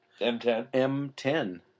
M10